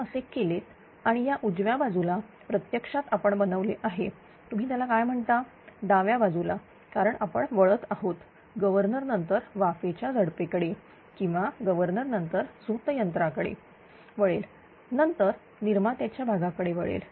तर जर तुम्ही असे केलेत आणि या उजव्या बाजूला प्रत्यक्षात आपण बनवले आहे तुम्ही त्याला काय म्हणता डाव्या बाजूला कारण आपण वळत आहोत गव्हर्नर नंतर वाफेच्या झडपे कडे किंवा गव्हर्नर नंतर झोत यंत्राकडे वळेल नंतर निर्मात्याच्या भागाकडे वळेल